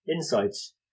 insights